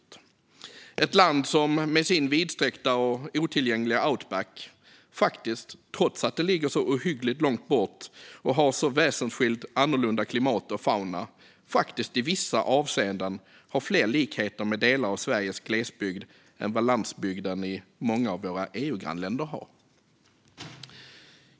Det är ett land som med sin vidsträckta och otillgängliga outback faktiskt - trots att det ligger så ohyggligt långt bort och har så väsensskilt annorlunda klimat och fauna - i vissa avseenden har fler likheter med delar av Sveriges glesbygd än vad landsbygden i många av våra EU-grannländer har.